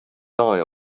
die